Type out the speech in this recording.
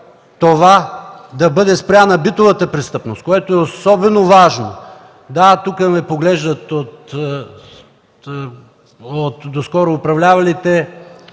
да бъде спряна битова престъпност, което е особено важно. Да, тук ме поглеждат от доскоро управлявалите.